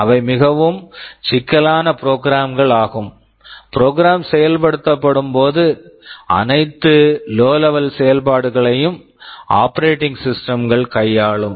அவை மிகவும் சிக்கலான ப்ரோக்ராம் program கள் ஆகும் ப்ரோக்ராம் programசெயல்படுத்தப்படும் போது அனைத்து லோ லெவல் low level செயல்பாடுகளையும் ஆபரேட்டிங் சிஸ்டம் operating system கள் கையாளும்